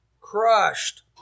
crushed